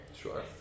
Sure